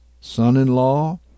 son-in-law